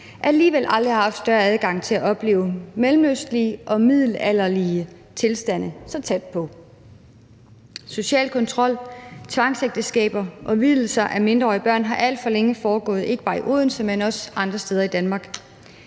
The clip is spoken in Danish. alligevel aldrig har haft større adgang til at opleve mellemøstlige og middelalderlige tilstande så tæt på. Social kontrol, tvangsægteskaber og vielser af mindreårige børn har alt for længe foregået, ikke bare i Odense, men også andre steder i Danmark: